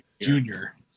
Junior